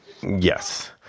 Yes